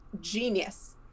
genius